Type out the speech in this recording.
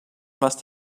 must